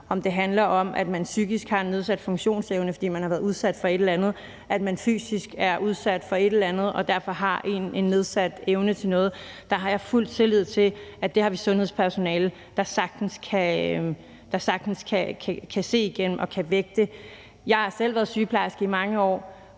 om det handler om, at man psykisk har en nedsat funktionsevne, fordi man har været udsat for et eller andet, eller om, at man fysisk er udsat for et eller andet og derfor har en nedsat evne til noget. Der har jeg fuld tillid til, at det har vi sundhedspersonale der sagtens kan se igennem og kan vægte. Jeg har selv været sygeplejerske i mange år,